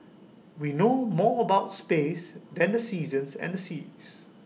we know more about space than the seasons and the seas